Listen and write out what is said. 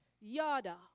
Yada